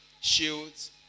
shields